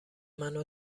منو